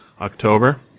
October